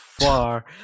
far